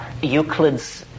Euclid's